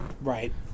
Right